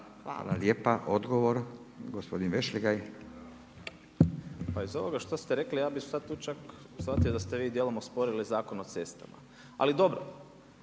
Hvala lijepo. Odgovor, gospodin Vešligaj. **Vešligaj, Marko (SDP)** Pa iz ovoga što ste rekli, ja bih sada tu čak shvatio da ste vi dijelom osporili Zakon o cestama ali dobro,